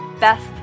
best